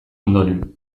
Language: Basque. ondoren